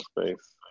space